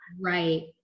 Right